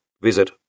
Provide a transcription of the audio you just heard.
visit